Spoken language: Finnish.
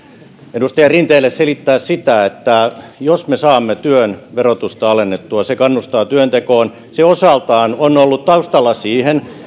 edustaja rinteelle selittää sitä että jos me saamme työn verotusta alennettua se kannustaa työntekoon se osaltaan on ollut taustalla siihen